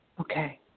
Okay